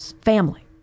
family